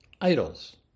idols